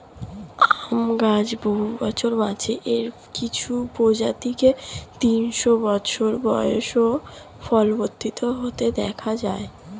আম গাছ বহু বছর বাঁচে, এর কিছু প্রজাতিকে তিনশো বছর বয়সেও ফলবতী হতে দেখা যায়